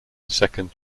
second